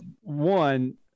one